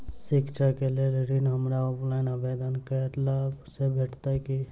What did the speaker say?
शिक्षा केँ लेल ऋण, हमरा ऑफलाइन आवेदन कैला सँ भेटतय की?